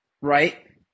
Right